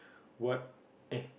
what eh